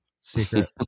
Secret